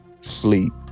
sleep